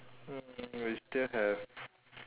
mm we still have